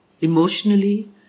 emotionally